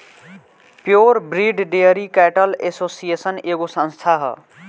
pure breed dairy cattle association एगो संस्था ह